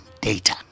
data